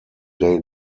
day